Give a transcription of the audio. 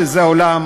שזה העולם,